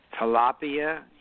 tilapia